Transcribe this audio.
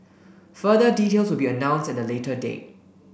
further details will be announced at a later date